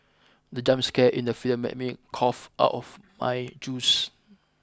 the jump scare in the film made me cough out of my juice